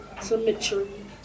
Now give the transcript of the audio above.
cemetery